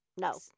No